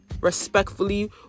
respectfully